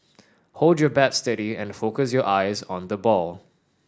hold your bat steady and focus your eyes on the ball